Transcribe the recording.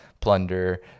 plunder